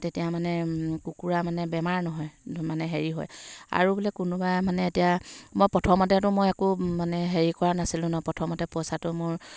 তেতিয়া মানে কুকুৰা মানে বেমাৰ নহয় এইটো মানে হেৰি হয় আৰু বোলে কোনোবাই মানে এতিয়া মই প্ৰথমতেতো মই একো মানে হেৰি কৰা নাছিলোঁ ন প্ৰথমতে পইচাটো মোৰ